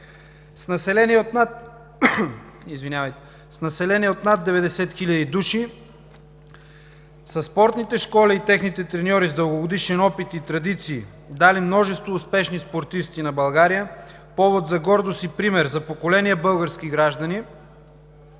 С население от над 90 хил. души са спортните школи и техните треньори с дългогодишен опит и традиции, дали множество успешни спортисти на България – повод за гордост и пример за поколения български граждани.